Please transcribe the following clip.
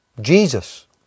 Jesus